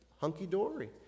hunky-dory